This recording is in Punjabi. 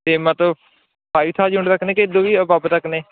ਅਤੇ ਮਤਲਬ ਫਾਈਵ ਥਾਊਜੈਂਟ ਤੱਕ ਨੇ ਜਾਂ ਇਹ ਤੋਂ ਵੀ ਅਬੱਵ ਤੱਕ ਨੇ